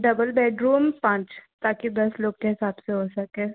double room पाँच ताकि दस लोग के हिसाब से हो सके